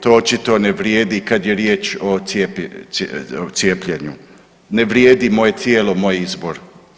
To očito ne vrijedi kad je riječ o cijepljenju, ne vrijedi moje tijelo moj izbor.